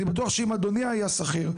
אני בטוח שאם אדוני היה שכיר,